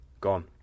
gone